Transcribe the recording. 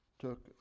took